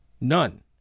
None